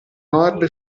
nord